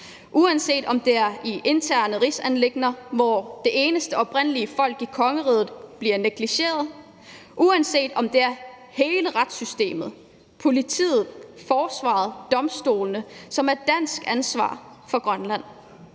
uanset om det er i interne rigsanliggender, hvor det eneste oprindelige folk i kongeriget bliver negligeret; uanset om det er hele retssystemet, politiet, forsvaret og domstolene, som det er et dansk ansvar at varetage